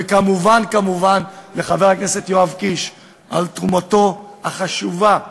וכמובן כמובן לחבר הכנסת יואב קיש על תרומתו החשובה וההשקעה,